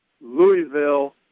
Louisville